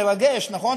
מרגש, נכון?